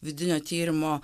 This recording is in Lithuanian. vidinio tyrimo